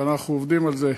ואנחנו עובדים על זה,